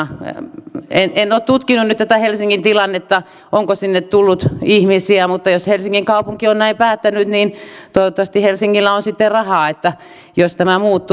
en ole tutkinut nyt tätä helsingin tilannetta onko sinne tullut ihmisiä mutta jos helsingin kaupunki on näin päättänyt niin toivottavasti helsingillä on sitten rahaa jos tämä muuttuu